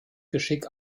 geschick